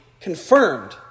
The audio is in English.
confirmed